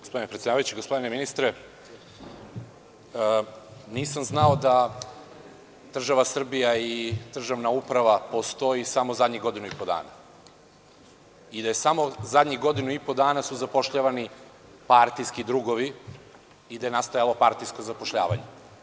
Gospodine predsedavajući, gospodine ministre, nisam znao da država Srbija i državna uprava postoji samo zadnjih godinu i po dana i da su samo zadnjih godinu i po dana zapošljavani partijski drugovi i da je nastajalo partijsko zapošljavanje.